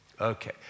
Okay